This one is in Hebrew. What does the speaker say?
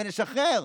ונשחרר.